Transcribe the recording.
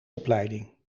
opleiding